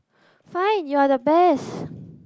fine you are the best